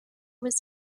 was